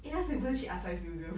eh 那时你不是去 artscience museum